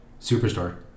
Superstore